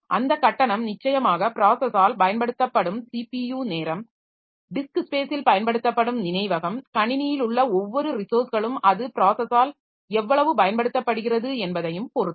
அந்த கட்டணம் நிச்சயமாக ப்ராஸஸால் பயன்படுத்தப்படும் ஸிபியு நேரம் டிஸ்க் ஸ்பேஸில் பயன்படுத்தப்படும் நினைவகம் கணினியில் உள்ள ஒவ்வொரு ரிசோர்ஸ்களும் அது ப்ராஸஸால் எவ்வளவு பயன்படுத்தப்படுகிறது என்பதையும் பாெறுத்தது